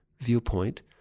Viewpoint